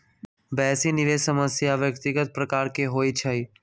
बेशी निवेश सामान्य व्यक्तिगत प्रकार के होइ छइ